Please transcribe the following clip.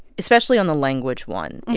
especially on the language one.